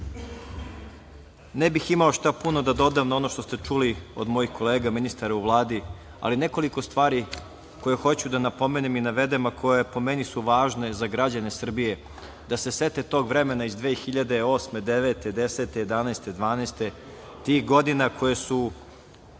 ne bih imao šta puno da dodam na ono što ste čuli od mojih kolega, ministara u Vladi, ali nekoliko stvari koje hoću da napomenem i navedem, a koje po meni su važne za građane Srbije, da se sete tog vremena iz 2008, 2009, 2010, 2011, 2012. godine, tih godina koje su